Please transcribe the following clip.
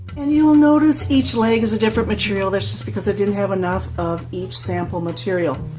and you will notice each leg is a different material, that's just because i didn't have enough of each sample material.